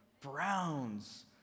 browns